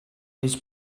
his